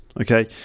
okay